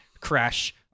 crash